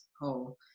whole